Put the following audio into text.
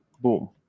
Boom